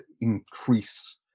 increase